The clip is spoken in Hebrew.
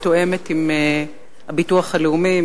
מתואמת עם הביטוח הלאומי,